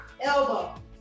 elbow